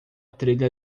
trilha